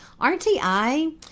RTI